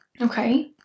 okay